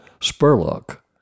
Spurlock